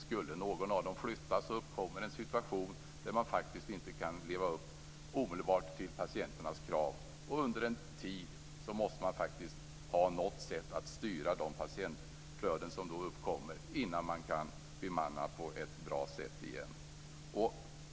Skulle någon av dem flytta uppstår en situation där man inte omedelbart kan leva upp till patienternas krav. Under en tid måste man då ha något sätt att styra de patientflöden som uppkommer innan man kan bemanna på ett bra sätt igen.